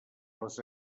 les